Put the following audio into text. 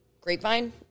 grapevine